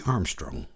Armstrong